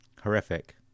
horrific